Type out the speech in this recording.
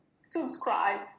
subscribe